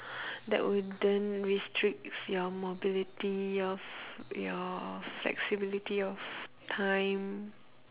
that wouldn't restricts your mobility of your flexibility of time